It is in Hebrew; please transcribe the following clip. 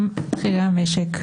גם בכירי המשק,